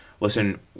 listen